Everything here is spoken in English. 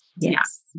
Yes